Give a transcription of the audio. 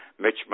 mitch